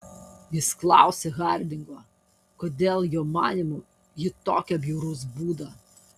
jis klausia hardingo kodėl jo manymu ji tokio bjauraus būdo